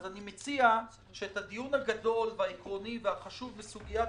אני מציע שאת הדיון הגדול והעקרוני והחשוב בסוגיית